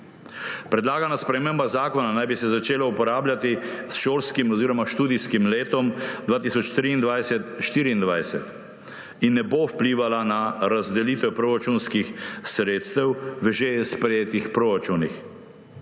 Predlagana sprememba zakona naj bi se začela uporabljati s šolskim oziroma s študijskim letom 2023/2024 in ne bo vplivala na razdelitev proračunskih sredstev v že sprejetih proračunih.